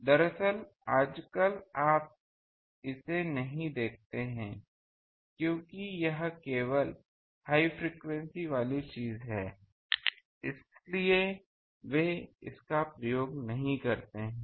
दरअसल आजकल आप इसे नहीं देखते हैं क्योंकि यह केबल हाई फ्रीक्वेंसी वाली चीज है इसलिए वे इसका प्रयोग नहीं करते हैं